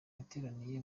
yateraniye